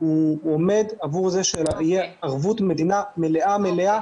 שהוא עומד עבור זה שתהיה ערבות מדינה מלאה-מלאה,